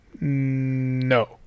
No